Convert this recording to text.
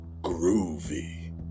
groovy